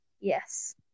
Yes